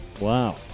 Wow